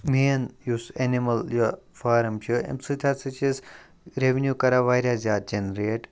main یُس animal یہِ farm چھُ اَمہِ سۭتۍ ہَسا چھِ أسۍ ریٚونِو کَران واریاہ زیادٕ جَنریٹ